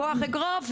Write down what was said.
כוח אגרוף,